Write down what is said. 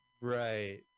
Right